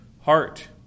heart